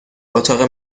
اتاق